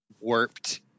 warped